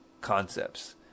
concepts